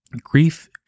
Grief